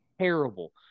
terrible